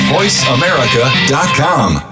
VoiceAmerica.com